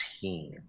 team